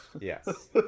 yes